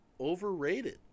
overrated